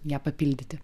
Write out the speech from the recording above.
ją papildyti